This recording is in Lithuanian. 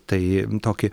tai tokį